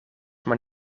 maar